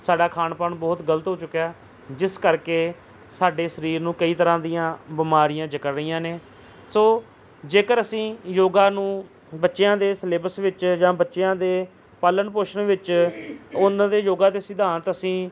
ਸਾਡਾ ਖਾਣ ਪਾਣ ਬਹੁਤ ਗਲਤ ਹੋ ਚੁੱਕਿਆ ਜਿਸ ਕਰਕੇ ਸਾਡੇ ਸਰੀਰ ਨੂੰ ਕਈ ਤਰ੍ਹਾਂ ਦੀਆਂ ਬਿਮਾਰੀਆਂ ਜਕੜ ਰਹੀਆਂ ਨੇ ਸੋ ਜੇਕਰ ਅਸੀਂ ਯੋਗਾ ਨੂੰ ਬੱਚਿਆਂ ਦੇ ਸਿਲੇਬਸ ਵਿੱਚ ਜਾਂ ਬੱਚਿਆਂ ਦੇ ਪਾਲਣ ਪੋਸ਼ਣ ਵਿੱਚ ਉਹਨਾਂ ਦੇ ਯੋਗਾਂ ਦੇ ਸਿਧਾਂਤ ਅਸੀਂ